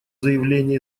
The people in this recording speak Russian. заявление